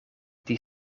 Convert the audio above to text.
die